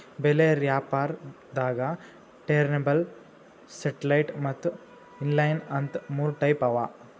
bell wrapper ದಾಗಾ turntable satellite ಮತ್ತ್ inline ಅಂತ್ ಮೂರ್ ಟೈಪ್ ಅವಾ